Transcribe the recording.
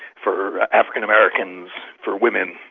for african americans, for women,